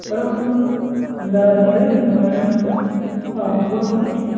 બરોબર છે અમદાવાદની લઈ તમે અહીં બોલો બોલો